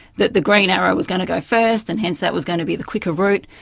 that the green arrow was going to go first and hence that was going to be the quicker route,